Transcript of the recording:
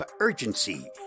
urgency